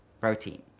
protein